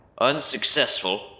unsuccessful